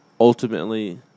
Ultimately